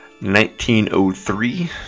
1903